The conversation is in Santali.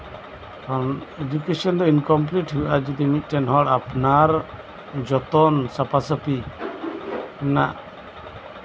ᱩᱱ ᱮᱰᱩᱛᱮᱥᱚᱱ ᱤᱱᱠᱚᱢᱯᱞᱤᱴ ᱦᱩᱭᱩᱜᱼᱟ ᱡᱚᱠᱷᱚᱱ ᱟᱯᱱᱟᱨ ᱨᱮᱱ ᱦᱚᱲ ᱡᱚᱛᱚᱱ ᱥᱟᱯᱟᱥᱟᱯᱤ ᱨᱮᱱᱟᱜ